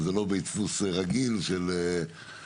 אבל זה לא בית דפוס רגיל של מודעות